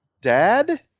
dad